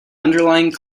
underlying